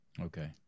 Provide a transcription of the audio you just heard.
Okay